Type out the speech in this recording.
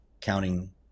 counting